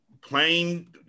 plain